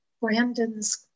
Brandon's